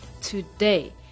today